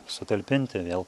sutalpinti vėl